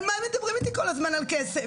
על מה מדברים איתי כל הזמן על כסף?